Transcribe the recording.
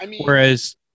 Whereas